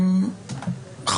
תודה.